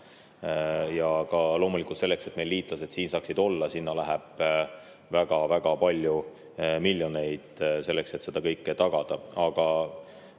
Loomulikult, selleks et meie liitlased siin saaksid olla, läheb väga-väga palju miljoneid, et seda kõike tagada.